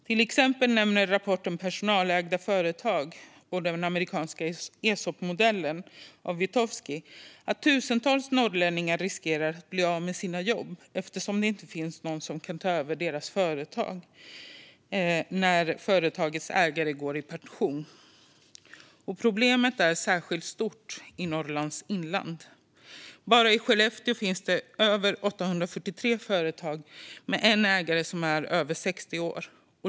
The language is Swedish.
Till exempel nämns i rapporten Personalägda företag och den amerikanska ESOP-modellen av Witkowsky att tusentals norrlänningar riskerar att bli av med sina jobb eftersom det inte finns någon som kan ta över företaget när dess ägare går i pension. Problemet är särskilt stort i Norrlands inland. Bara i Skellefteå finns det 843 företag med en ägare som är över 60 år.